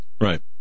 Right